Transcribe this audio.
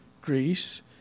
Greece